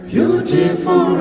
Beautiful